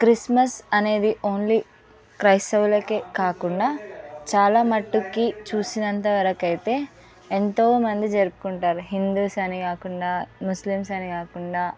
Christmas అనేది only క్రైస్తవులకే కాకుండా చాలా మట్టుకి చూసినంతవరకైతే ఎంతో మంది జరుపుకుంటారు హిందూస్ అనే కాకుండా ముస్లిమ్స్ అని కాకుండా